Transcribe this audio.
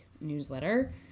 newsletter